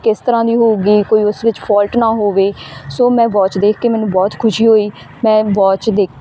ਕਿਸ ਤਰ੍ਹਾਂ ਦੀ ਹੋਊਗੀ ਕੋਈ ਉਸ ਵਿੱਚ ਫੋਲਟ ਨਾ ਹੋਵੇ ਸੋ ਮੈਂ ਵੋਚ ਦੇਖ ਕੇ ਮੈਨੂੰ ਬਹੁਤ ਖੁਸ਼ੀ ਹੋਈ ਮੈਂ ਵੋਚ ਦੇ